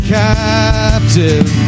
captive